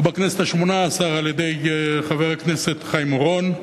ובכנסת השמונה-עשרה, על-ידי חבר הכנסת חיים אורון.